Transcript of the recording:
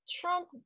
Trump